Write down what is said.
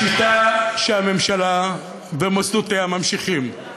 השיטה שהממשלה ומוסדותיה ממשיכים בה,